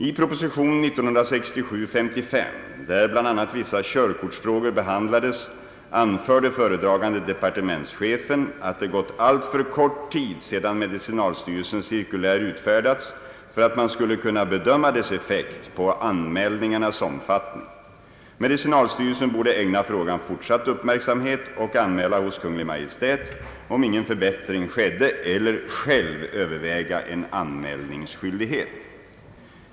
I prop. 1967: 55, där bl.a. vissa körkortsfrågor behandlades, anförde föredragande departementschefen, att det gått alltför kort tid sedan medicinalstyrelsens cirkulär utfärdats för att man skulle kunna bedöma dess effekt på anmälningarnas omfattning. Medicinalstyrelsen borde ägna frågan fortsatt uppmärksamhet och anmäla hos Kungl. Maj:t, om ingen förbättring skedde, eller själv överväga en anmälningsskyldighet.